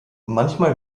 manchmal